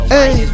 Hey